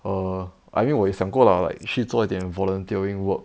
err I mean 我有想过 lah like 去做一点 volunteering work